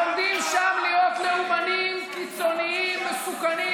והם לומדים שם להיות לאומנים קיצוניים מסוכנים,